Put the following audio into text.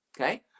Okay